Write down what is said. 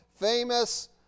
famous